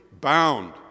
bound